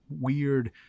weird